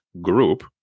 group